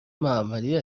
محمدی